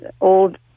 old